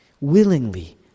willingly